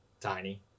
tiny